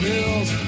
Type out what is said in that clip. Hills